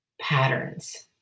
Patterns